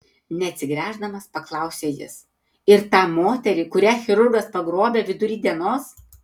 neatsigręždamas paklausė jis ir tą moterį kurią chirurgas pagrobė vidury dienos